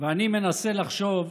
ואני מנסה לחשוב,